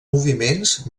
moviments